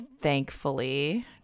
Thankfully